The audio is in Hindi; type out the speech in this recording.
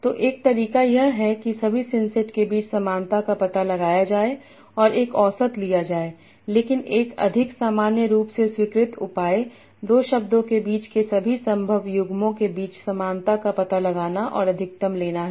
तो एक तरीका यह है कि सभी सिंसेट के बीच समानता का पता लगाया जाए और एक औसत लिया जाए लेकिन एक अधिक सामान्य रूप से स्वीकृत उपाय दो शब्दों के बीच के सभी संभव युग्मों के बीच समानता का पता लगाना और अधिकतम लेना है